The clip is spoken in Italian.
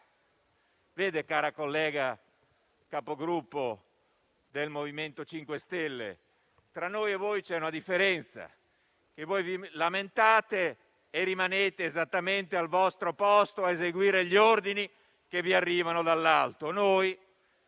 vede, cara collega Capogruppo del MoVimento 5 Stelle, tra noi e voi c'è una differenza: voi vi lamentate e rimanete esattamente al vostro posto a eseguire gli ordini che vi arrivano dall'alto;